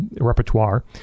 repertoire